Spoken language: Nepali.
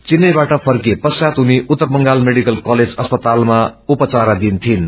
चैन्नईबाट फर्किए पश्चात उनी उत्तर बंगाल मेडिकल कलेज अस्पतालमा उपचाराबीन थिइन